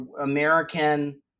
American